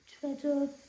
Twitter